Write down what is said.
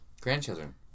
grandchildren